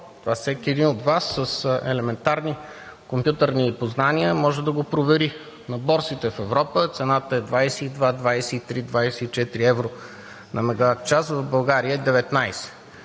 Това всеки един от Вас с елементарни компютърни познания може да го провери. На борсите в Европа цената е 22 – 23 – 24 евро на мегаватчас, в България е 19.